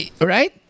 Right